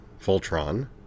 Voltron